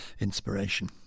inspiration